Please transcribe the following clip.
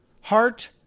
heart